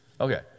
Okay